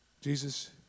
Jesus